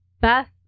Beth